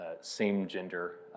same-gender